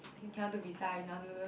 we cannot visa we cannot do